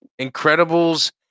Incredibles